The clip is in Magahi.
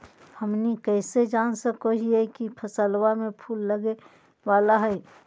हमनी कइसे जान सको हीयइ की फसलबा में फूल लगे वाला हइ?